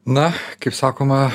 na kaip sakoma